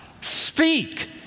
speak